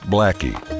Blackie